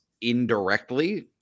indirectly